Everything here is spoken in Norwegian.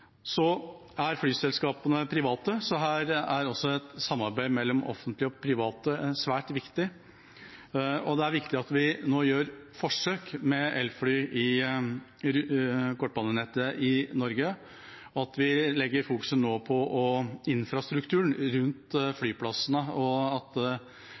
Så er flyselskapene private, så her er også et samarbeid mellom det offentlige og private svært viktig. Det er også viktig at vi nå gjør forsøk med elfly i kortbanenettet i Norge, at vi nå fokuserer på infrastrukturen rundt flyplassene, og at